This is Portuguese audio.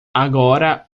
agora